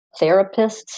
Therapists